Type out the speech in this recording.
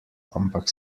ampak